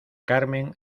carmen